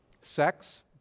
sex